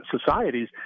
societies